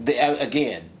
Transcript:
Again